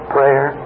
Prayer